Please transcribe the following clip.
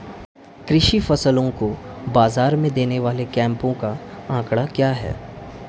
कृषि फसलों को बाज़ार में देने वाले कैंपों का आंकड़ा क्या है?